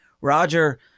roger